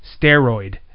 steroid